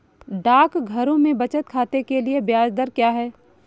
डाकघरों में बचत खाते के लिए ब्याज दर क्या है?